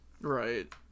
Right